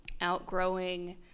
outgrowing